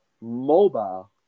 Mobile